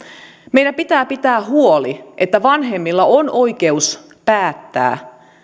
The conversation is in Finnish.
meidän pitää pitää huoli siitä että vanhemmilla on oikeus päättää